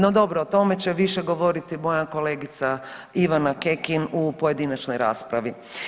No dobro o tome će više govoriti moja kolegica Ivana Kekin u pojedinačnoj raspravi.